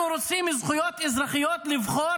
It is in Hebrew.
אנחנו רוצים זכויות אזרחיות לבחור